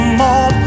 more